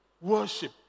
worship